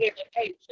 education